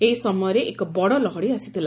ଏହି ସମୟରେ ଏକ ବଡ଼ ଲହଡ଼ି ଆସିଥିଲା